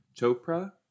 Chopra